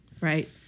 Right